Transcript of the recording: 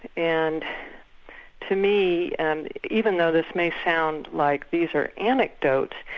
and to me, and even though this may sound like these are anecdotes,